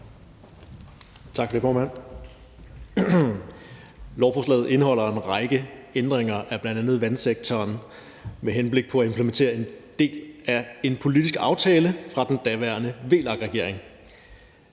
Tak for det, formand. Lovforslaget indeholder en række ændringer af bl.a. vandsektorloven med henblik på at implementere en del af en politisk aftale fra den daværende VLAK-regerings